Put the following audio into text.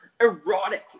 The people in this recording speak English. Erotic